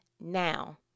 now